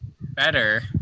better